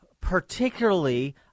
particularly